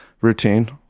routine